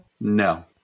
No